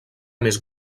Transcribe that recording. més